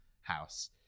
house